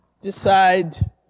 decide